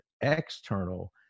external